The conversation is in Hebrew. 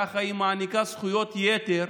ככה היא מעניקה זכויות יתר